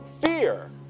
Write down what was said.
fear